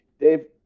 Dave